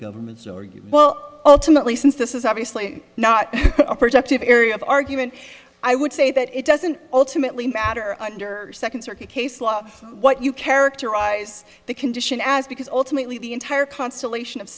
government's argue well ultimately since this is obviously not a productive area of argument i would say that it doesn't ultimately matter under second circuit case law what you characterize the condition as because ultimately the entire constellation of